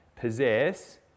possess